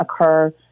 occur